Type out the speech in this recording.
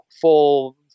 full